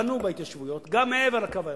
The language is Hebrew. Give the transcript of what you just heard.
בנו בהתיישבויות גם מעבר ל"קו הירוק".